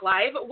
Live